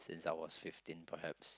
since I was fifteen perhaps